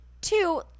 two